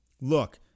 look